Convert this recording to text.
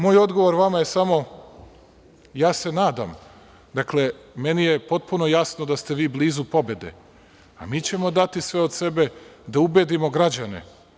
Moj odgovor vama je samo, ja se nadam, dakle, meni je potpuno jasni da ste vi blizu pobede, a mi ćemo dati sve od sebe da ubedimo građane.